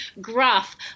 gruff